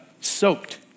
soaked